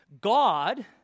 God